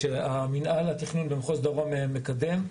שמנהל התכנון במחוז דרום מקדם,